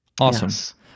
Awesome